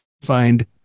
find